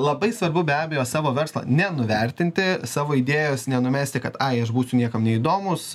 labai svarbu be abejo savo verslą nenuvertinti savo idėjos nenumesti kad ai aš būsiu niekam neįdomus